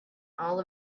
all